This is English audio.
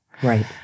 Right